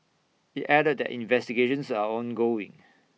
IT added that investigations are ongoing